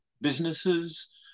businesses